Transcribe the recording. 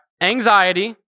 anxiety